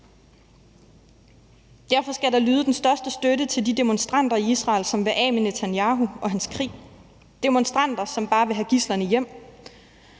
Derfor skal der lyde den største støtte til de demonstranter i Israel, som vil af med Netanyahu og hans krig – demonstranter, som bare vil have gidslerne hjem,